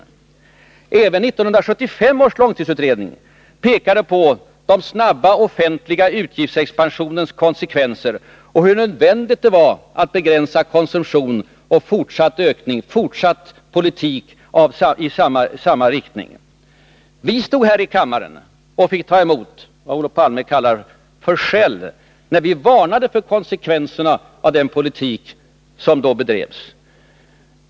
Även 1975 års långtidsutredning pekade på konsekvenserna av den snabba expansionen av offentliga utgifter och på hur nödvändigt det var att begränsa konsumtionen och att föra en annorlunda politik än den som dittills förts. Vi moderater stod här i kammaren och fick ta emot vad Olof Palme kallar för ”skäll”, när vi varnade för konsekvenserna av den politik som då bedrevs.